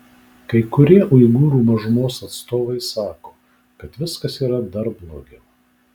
kai kurie uigūrų mažumos atstovai sako kad viskas yra dar blogiau